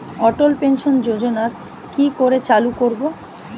অটল pension যোজনার কি করে চালু করব?